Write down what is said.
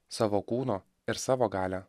savo kūno ir savo galią